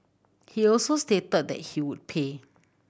he also stated that he would pay